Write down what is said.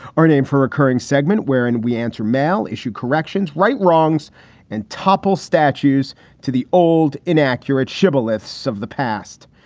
our name for a recurring segment wherein we answer male issue corrections. right wrongs and topple statues to the old inaccurate shibboleths of the past.